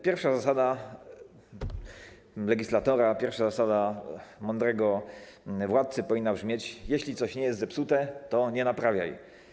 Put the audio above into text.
Pierwsza zasada legislatora, pierwsza zasada mądrego władcy powinna brzmieć: jeśli coś nie jest zepsute, to nie naprawiaj.